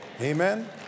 Amen